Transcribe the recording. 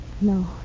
No